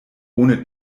ohne